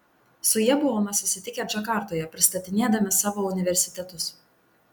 su ja buvome susitikę džakartoje pristatinėdami savo universitetus